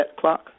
clock